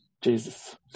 Jesus